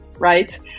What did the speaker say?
Right